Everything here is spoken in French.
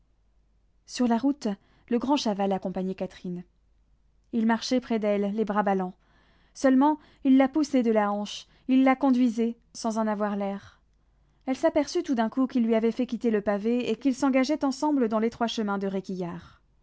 sur la route le grand chaval accompagnait catherine il marchait près d'elle les bras ballants seulement il la poussait de la hanche il la conduisait sans en avoir l'air elle s'aperçut tout d'un coup qu'il lui avait fait quitter le pavé et qu'ils s'engageaient ensemble dans l'étroit chemin de